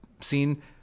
seen